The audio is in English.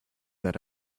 that